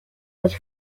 los